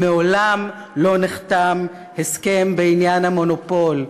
מעולם לא נחתם הסכם בעניין המונופול,